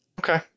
Okay